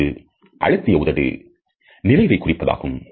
இது அழுத்திய உதடு நிறைவை குறிப்பதாகும்